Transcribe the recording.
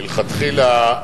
מלכתחילה,